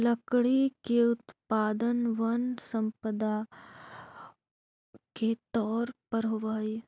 लकड़ी के उत्पादन वन सम्पदा के तौर पर होवऽ हई